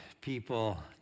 people